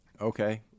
Okay